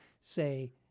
say